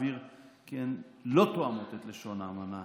אבהיר כי הן לא תואמות את לשון האמנה,